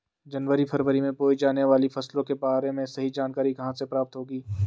जनवरी फरवरी में बोई जाने वाली फसलों के बारे में सही जानकारी कहाँ से प्राप्त होगी?